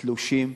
תלושים.